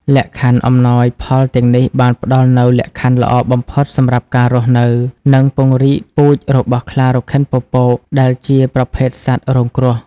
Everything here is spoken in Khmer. លក្ខខណ្ឌអំណោយផលទាំងនេះបានផ្តល់នូវ លក្ខខណ្ឌល្អបំផុតសម្រាប់ការរស់នៅ និងពង្រីកពូជ របស់ខ្លារខិនពពក ដែលជាប្រភេទសត្វរងគ្រោះ។